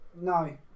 No